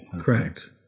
Correct